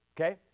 Okay